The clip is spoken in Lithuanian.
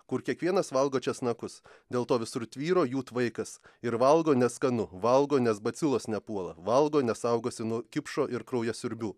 kur kiekvienas valgo česnakus dėl to visur tvyro jų tvaikas ir valgo neskanu valgo nes bacilos nepuola valgo nes saugosi nuo kipšo ir kraujasiurbių